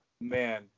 man